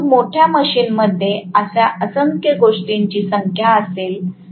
परंतु मोठ्या मशीनमध्ये अशा असंख्य गोष्टींची संख्या असेल